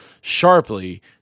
sharply